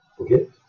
Okay